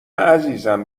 عزیزم